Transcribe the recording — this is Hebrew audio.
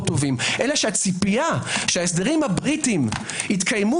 טובים אלא שהציפייה שההסדרים הבריטיים יתקיימו